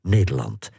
Nederland